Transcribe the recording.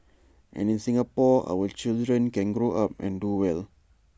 and in Singapore our children can grow up and do well